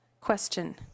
Question